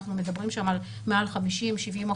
שאנחנו מדברים שם על מעל 50%,70%